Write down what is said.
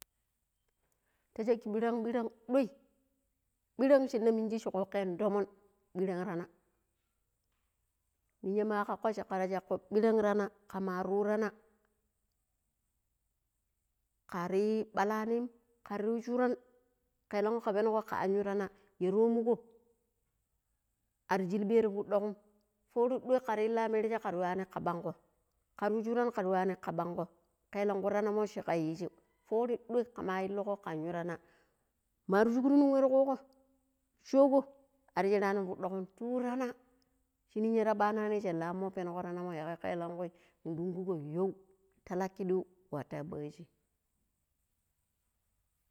﻿Ti sheki ɓiran ɓiran ɗuai ɓiran shina minji shi kokeno tomon biran tana ninya ma kako shakar shako biran tana kamar yu rana kaari balanim kar yu shuran keelanku ka pengo ka an yu tana ya romgo ar shilbem ti fut dukumm fori duai kar ila merje kar yuani ka bango kar yu shuran kar yuani ka bango keelanku tana mo shi ka yiiji fori duai kama iligo ka yu tana mar shugrun nun wa ta kug̱o shogo ar sheranin ti fut duk ti yu tana shi ninya ta ɓanani sha laanmo pengo tanani mo yagai ka elankwi mu dungugo yau ta lakidiu wata ɓoji